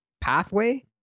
pathway